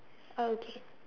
okay